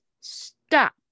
stop